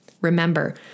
Remember